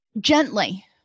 gently